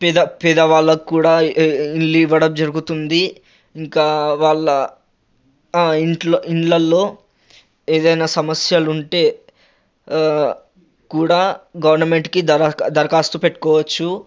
పేద పేద వాళ్ళకు కూడా ఇల్లు ఇవ్వడం జరుగుతుంది ఇంకా వాళ్ళ ఇంట్లో ఇండ్లల్లో ఏదైనా సమస్యలుంటే కూడా గవర్నమెంట్కి కూడా ద దరఖాస్తు పెట్టుకోవచ్చు